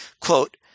quote